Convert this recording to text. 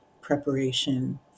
preparation